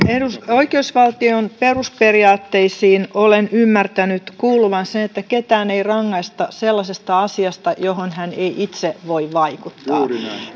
oikeusvaltion perusperiaatteisiin olen ymmärtänyt kuuluvan sen että ketään ei rangaista sellaisesta asiasta johon hän ei itse voi vaikuttaa